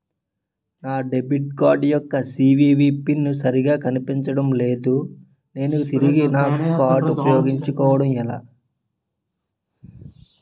నా debit card యెక్క CVV pin సరిగా కనిపించడం లేదు నేను తిరిగి నా కార్డ్ఉ పయోగించుకోవడం ఎలా?